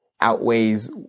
outweighs